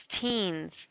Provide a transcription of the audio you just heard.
teens